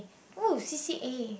!wow! c_c_a